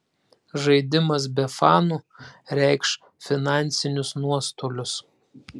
žaidimas be fanų reikš finansinius nuostolius